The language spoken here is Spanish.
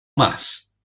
más